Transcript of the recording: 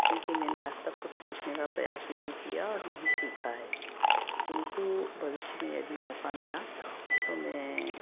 क्योंकि मैंने आजतक कुछ सीखने का प्रयास नहीं किया और न ही सीखा है किन्तु भविष्य में यदि मौका मिला तो मैं